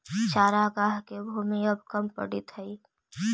चरागाह के भूमि अब कम पड़ीत हइ